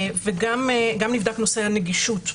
נבדק נושא הנגישות,